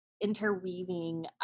interweaving